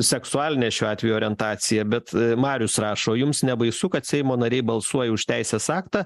seksualinę šiuo atveju orientaciją bet marius rašo o jums nebaisu kad seimo nariai balsuoja už teisės aktą